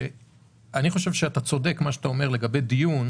אני חושב שאתה צודק, אדוני היושב-ראש, לגבי דיון